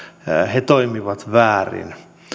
he toimivat väärin